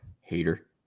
Hater